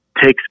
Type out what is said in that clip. takes